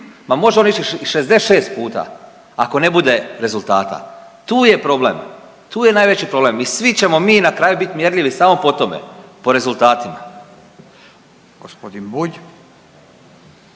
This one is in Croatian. Ma može on ići i 66 puta, ako ne bude rezultata tu je problem. Tu je najveći problem. I svi ćemo mi na kraju biti mjerljivi samo po tome, po rezultatima. **Radin, Furio